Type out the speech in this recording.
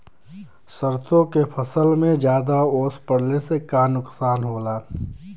सरसों के फसल मे ज्यादा ओस पड़ले से का नुकसान होला?